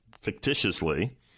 fictitiously